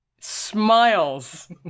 Smiles